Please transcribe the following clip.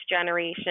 generation